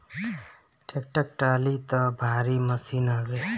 tractor trolley तअ भारी machine हवे